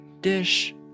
dish